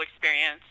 experience